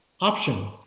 option